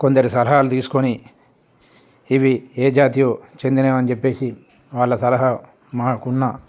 కొందరి సలహాలు తీసుకొని ఇవి ఏ జాతివో చెందినవి అని చెెప్పేసి వాళ్ళ సలహా మాకున్న